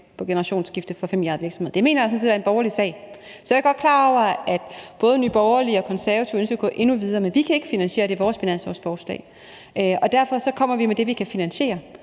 på generationsskifte for familieejede virksomheder, og det mener jeg sådan set er en borgerlig sag. Så er jeg godt klar over, at både Nye Borgerlige og Konservative ønsker at gå endnu videre, men vi kan ikke finansiere det i vores finanslovsforslag, og derfor kommer vi med det, vi kan finansiere.